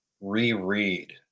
reread